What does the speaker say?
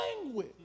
language